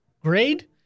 Grade